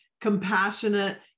compassionate